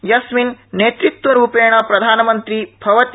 यस्मिन् नेतृत्वरूपेण प्रधानमन्त्री भवति